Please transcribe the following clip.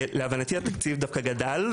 להבנתי התקציב דווקא גדל.